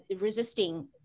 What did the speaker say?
resisting